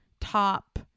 top